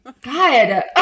God